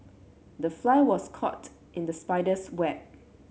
the fly was caught in the spider's web